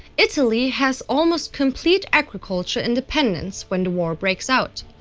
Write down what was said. italy has almost complete agricultural independence when the war breaks out.